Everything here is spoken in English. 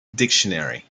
dictionary